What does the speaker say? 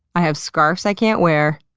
i have scarves i can't wear.